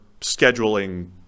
scheduling